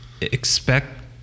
expect